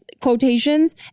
quotations